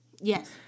Yes